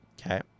Okay